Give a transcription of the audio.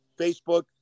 Facebook